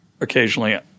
occasionally